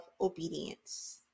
obedience